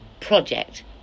project